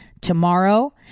Tomorrow